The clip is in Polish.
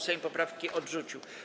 Sejm poprawki odrzucił.